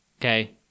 Okay